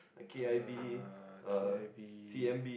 uh k_i_v